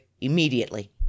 immediately